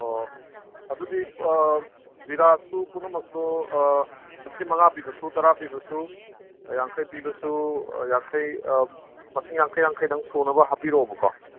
ꯑꯣ ꯑꯗꯨꯗꯤ ꯖꯤꯔꯥꯁꯨ ꯄꯨꯝꯅꯃꯛꯇꯣ ꯍꯧꯖꯤꯛꯀꯤ ꯃꯉꯥ ꯄꯤꯕꯁꯨ ꯇꯔꯥ ꯄꯤꯕꯁꯨ ꯌꯥꯡꯈꯩ ꯄꯤꯕꯁꯨ ꯌꯥꯡꯈꯩ ꯃꯁꯤꯡ ꯌꯥꯡꯈꯩ ꯌꯥꯡꯈꯩꯇꯪ ꯁꯨꯅꯕ ꯍꯥꯞꯄꯤꯔꯛꯑꯣꯕꯀꯣ